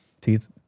teeth